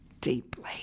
deeply